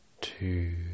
two